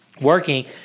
working